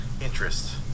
interest